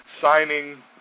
signing